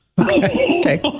Okay